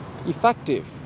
effective